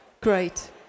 Great